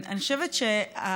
אני חושבת שאנחנו,